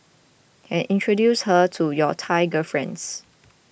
and introduce her to your Thai girlfriends